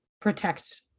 protect